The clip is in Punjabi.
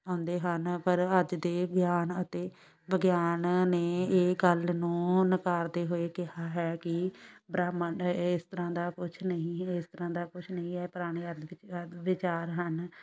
ਆਉਂਦੇ ਹਨ ਪਰ ਅੱਜ ਦੇ ਗਿਆਨ ਅਤੇ ਵਿਗਿਆਨ ਨੇ ਇਹ ਗੱਲ ਨੂੰ ਨਕਾਰਦੇ ਹੋਏ ਕਿਹਾ ਹੈ ਕਿ ਬ੍ਰਹਿਮੰਡ ਇਸ ਤਰ੍ਹਾਂ ਦਾ ਕੁਛ ਨਹੀਂ ਇਸ ਤਰ੍ਹਾਂ ਦਾ ਕੁਛ ਨਹੀਂ ਹੈ ਪੁਰਾਣੇ ਆਦਿ ਆਦਿ ਵਿਚਾਰ ਹਨ